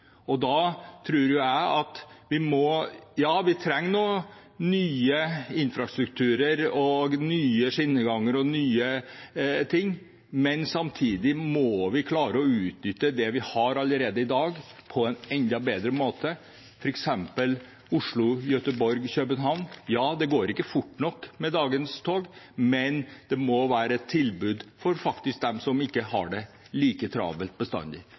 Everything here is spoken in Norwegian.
Da tror jeg at vi trenger ny infrastruktur og nye skinneganger og nye ting, men samtidig må vi klare å utnytte det vi har allerede i dag, på en enda bedre måte, f.eks. Oslo–Göteborg–København. Det går ikke fort nok med dagens tog, men det må faktisk være et tilbud for dem som ikke har det like travelt bestandig.